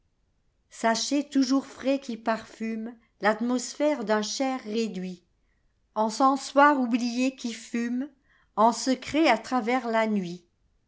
sachet toujours frais qui parfumel'atmosphère d'un cher réduit encensoir oublié qui fumeen secret à travers la nuit